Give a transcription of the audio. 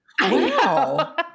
Wow